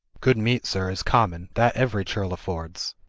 good meat, sir, is common that every churl affords.